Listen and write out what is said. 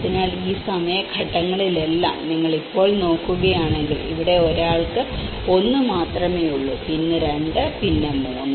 അതിനാൽ ഈ സമയ ഘട്ടങ്ങളിലെല്ലാം നിങ്ങൾ ഇപ്പോൾ നോക്കുകയാണെങ്കിൽ ഇവിടെ ഒരാൾക്ക് മാത്രമേ 1 ഉള്ളൂ പിന്നെ 2 പിന്നെ 3